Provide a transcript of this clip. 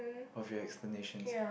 of your explanations